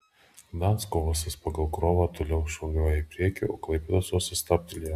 gdansko uostas pagal krovą toliau šuoliuoja į priekį o klaipėdos uostas stabtelėjo